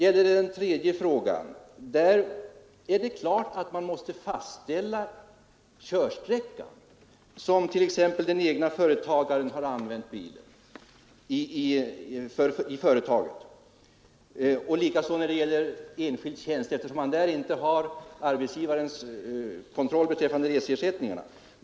Vad den tredje frågan beträffar är det klart att man måste fastställa körsträckan, t.ex. den sträcka som den egna företagaren har använt bilen i företaget, och likaså när det gäller enskild tjänst, eftersom man där inte alltid har arbetsgivarens kontroll beträffande reseersättningarna.